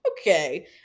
okay